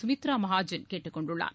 சுமித்ரா மகாஜன் கேட்டுக் கொண்டுள்ளார்